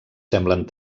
semblen